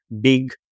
big